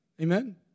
Amen